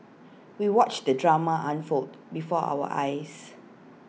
we watched the drama unfold before our eyes